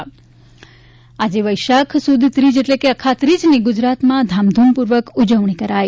અખાત્રિજ આજે વૈશાખ સુદ ત્રીજ એટલે કે અખાત્રીજની ગુજરાતમાં ધામધૂમપૂર્વક ઊજવણી કરાઇ